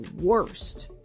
worst